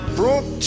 brought